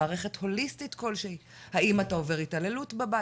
מערכת הוליסטית כלשהי: האם אתה עובר התעללות בבית?